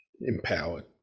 empowered